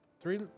three